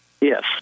Yes